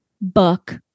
book